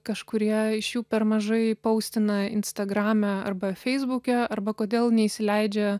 kažkurie iš jų per mažai paustina instagrame arba feisbuke arba kodėl neįsileidžia